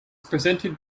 presented